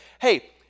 hey